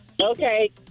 Okay